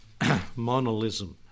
Monolism